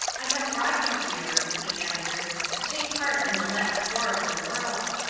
i have brought you here, he answered, to take part in the last war of the world.